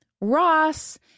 Ross